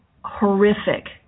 horrific